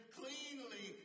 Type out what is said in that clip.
cleanly